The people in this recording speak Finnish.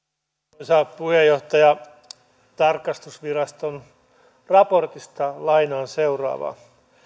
arvoisa puheenjohtaja tarkastusviraston raportista lainaan seuraavaa